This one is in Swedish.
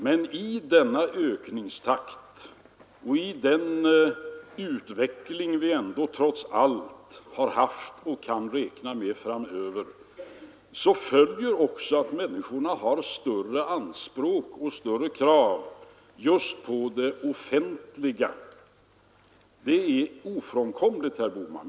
Men av denna ökningstakt och av den utveckling vi ändå har haft och kan räkna med framöver följer också att människorna har större krav just på det offentliga. Det är ofrånkomligt, herr Bohman.